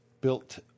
built